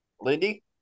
Lindy